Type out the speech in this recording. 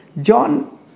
John